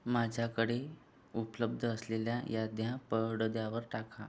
माझ्याकडे उपलब्ध असलेल्या याद्या पडद्यावर टाका